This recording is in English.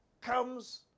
comes